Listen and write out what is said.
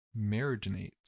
Marinates